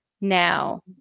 now